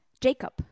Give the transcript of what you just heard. Jacob